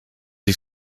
ich